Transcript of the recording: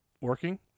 working